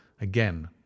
Again